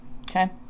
okay